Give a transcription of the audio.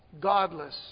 godless